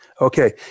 Okay